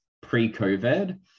pre-COVID